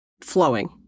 flowing